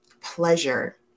pleasure